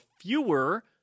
fewer